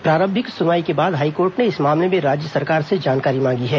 प्रारंभिक सुनवाई के बाद हाईकोर्ट ने इस मामले में राज्य सरकार से जानकारी मांगी है